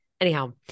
Anyhow